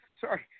Sorry